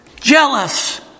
jealous